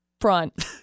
front